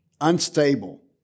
unstable